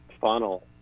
funnel